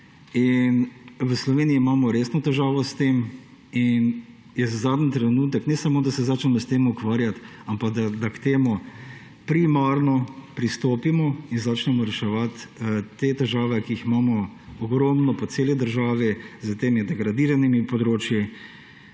V Sloveniji imamo resno težavo s tem in je zadnji trenutek, ne samo da se začnemo s tem ukvarjati ali pa, da k temu primarno pristopimo in začnemo reševati te težave, ki jih imamo ogromno po celi državi s temi degradiranimi območji